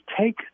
take